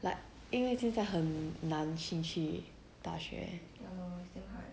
like 因为现在很难进去大学